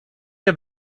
nie